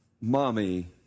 mommy